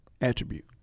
attribute